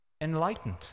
enlightened